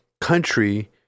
country